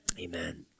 Amen